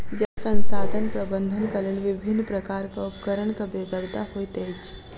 जल संसाधन प्रबंधनक लेल विभिन्न प्रकारक उपकरणक बेगरता होइत अछि